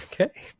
okay